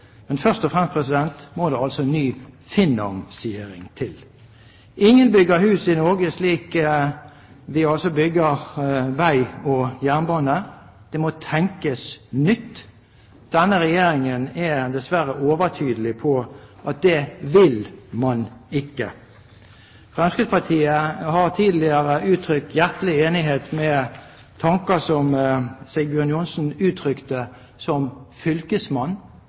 men først og fremst må det altså ny finansiering til. Ingen bygger hus i Norge slik vi bygger vei og jernbane. Det må tenkes nytt. Denne regjeringen er dessverre overtydelig på at det vil man ikke. Fremskrittspartiet har tidligere sagt seg hjertelig enig i tanker som Sigbjørn Johnsen ga uttrykk for som